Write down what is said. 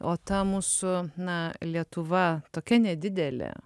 o ta mūsų na lietuva tokia nedidelė